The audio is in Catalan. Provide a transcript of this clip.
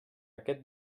aquest